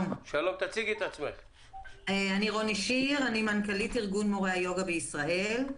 אני מנכ"לית ארגון מורי היוגה בישראל.